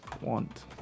want